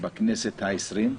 בכנסת העשרים.